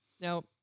now